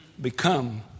Become